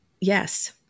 yes